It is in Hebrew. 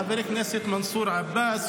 חבר הכנסת מנסור עבאס,